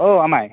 औ आमाय